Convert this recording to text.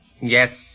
Yes